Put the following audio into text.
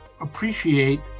appreciate